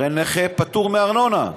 הרי נכה פטור מארנונה.